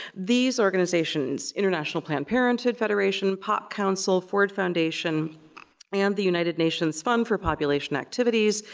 these organizations, international planned parenthood federation, pop council, ford foundation and the united nations fund for population activities,